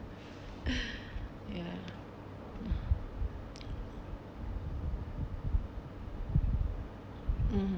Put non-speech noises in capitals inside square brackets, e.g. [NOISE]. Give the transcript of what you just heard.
[BREATH] ya (uh huh)